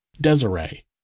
Desiree